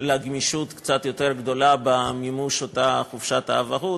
לקצת יותר גמישות במימוש חופשת האבהות.